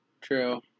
True